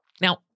Now